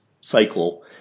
cycle